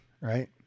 right